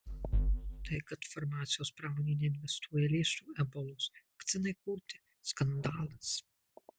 tai kad farmacijos pramonė neinvestuoja lėšų ebolos vakcinai kurti skandalas